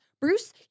Bruce